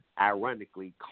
ironically